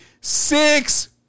six